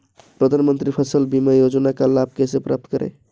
प्रधानमंत्री फसल बीमा योजना का लाभ कैसे प्राप्त करें?